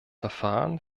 verfahren